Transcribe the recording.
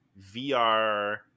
VR